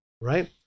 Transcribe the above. Right